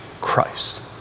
Christ